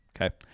Okay